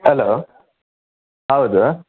hello ಹೌದು